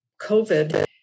COVID